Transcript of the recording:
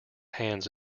hands